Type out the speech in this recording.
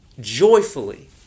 joyfully